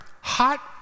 hot